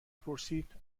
پرسید